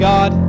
God